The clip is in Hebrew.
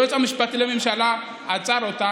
היועץ המשפטי לממשלה עצר אותה.